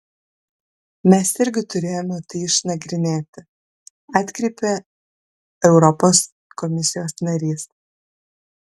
mes irgi turėjome tai išnagrinėti atkreipė europos komisijos narys